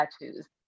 tattoos